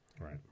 Right